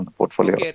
portfolio